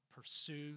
pursue